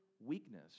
weakness